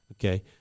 Okay